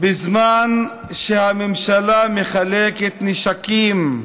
בזמן שהממשלה מחלקת נשקים.